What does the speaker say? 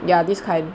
ya this kind